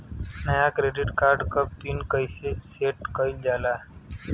नया debit card क pin कईसे सेट कईल जाला?